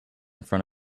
front